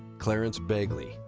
clarence bagley,